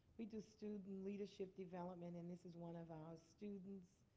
we do student leadership development. and this is one of our students.